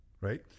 right